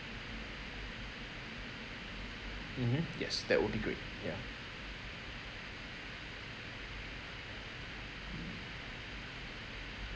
mmhmm yes that will be great ya